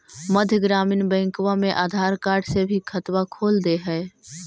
मध्य ग्रामीण बैंकवा मे आधार कार्ड से भी खतवा खोल दे है?